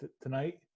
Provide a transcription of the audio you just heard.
tonight